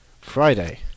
Friday